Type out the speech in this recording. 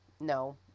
No